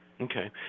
Okay